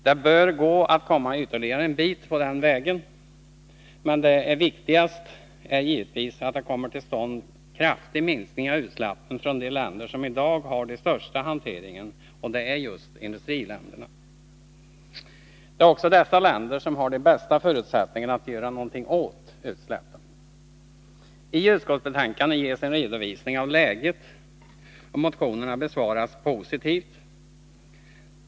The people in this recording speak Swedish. Det bör gå att komma ytterligare en bit på den vägen. Men det viktigaste är givetvis att det kommer till stånd en kraftig minskning av utsläppen från de länder som i dag har den största hanteringen, och det är just industriländerna. Det är också dessa länder som har de bästa förutsättningarna att göra något åt utsläppen. I utskottsbetänkandet ges en redovisning av läget, och motionerna besvaras positivt.